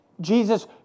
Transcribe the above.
Jesus